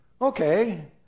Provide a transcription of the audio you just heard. Okay